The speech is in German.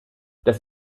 das